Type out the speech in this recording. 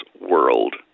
world